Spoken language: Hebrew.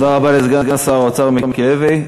תודה רבה לסגן שר האוצר מיקי לוי.